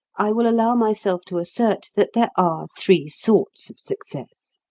i will allow myself to assert that there are three sorts of success.